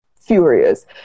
furious